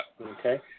Okay